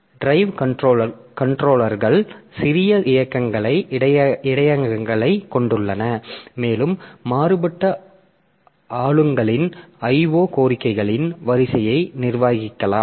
எனவே டிரைவ் கன்ட்ரோலர்கள் சிறிய இடையகங்களைக் கொண்டுள்ளன மேலும் மாறுபட்ட ஆழங்களின் IO கோரிக்கைகளின் வரிசையை நிர்வகிக்கலாம்